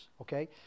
okay